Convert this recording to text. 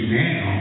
now